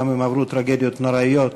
גם אם עברו טרגדיות נוראיות,